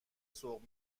سوق